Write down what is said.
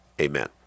amen